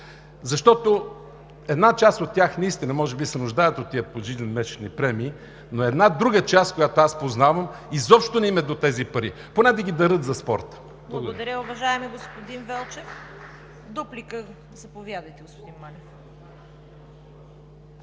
спорт. Една част от тях наистина може би се нуждаят от тези пожизнени месечни премии, но на една друга част, която аз познавам, изобщо не им е до тези пари. Поне да ги дарят за спорта. Благодаря.